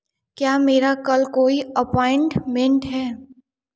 क्या मेरा कल कोई अपॉइंटमेंट है